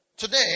Today